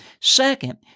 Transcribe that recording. second